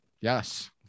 Yes